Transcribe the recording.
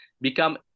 become